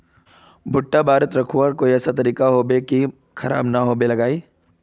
भुट्टा बारित रखवार कोई ऐसा तरीका होबे की खराब नि होबे लगाई?